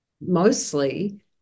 mostly